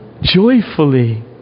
joyfully